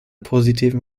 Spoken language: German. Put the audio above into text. positiven